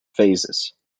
phases